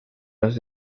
los